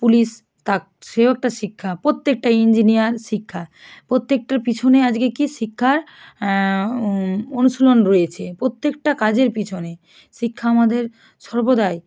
police তাক সেও একটা শিক্ষা প্রত্যেকটা ইঞ্জিনিয়ার শিক্ষা প্রত্যেকটার পিছনে আজকে কী শিক্ষার অনুশীলন রয়েছে প্রত্যেকটা কাজের পিছনে শিক্ষা আমাদের সর্বদাই